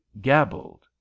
gabbled